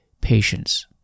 patience